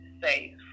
safe